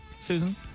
Susan